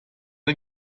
rit